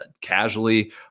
casually